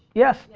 yes.